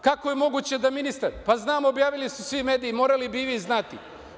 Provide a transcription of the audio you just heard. Kako je moguće da ministar… pa, znam, objavili su svi mediji, morali bi i vi znati.